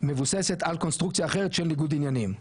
מבוססת על קונסטרוקציה אחרת של ניגוד עניינים,